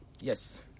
Yes